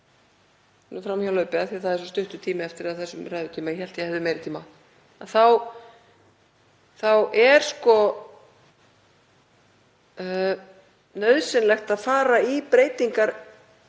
þá er nauðsynlegt að fara í breytingar